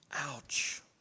Ouch